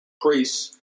priests